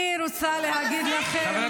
אני רוצה להגיד לכם שיבוא יום --- מה גזעני בזה?